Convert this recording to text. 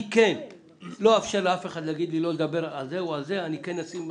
אני כן לא אאפשר לאף אחד למנוע ממני לדבר על כל נושא שהוא.